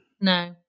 No